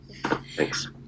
Thanks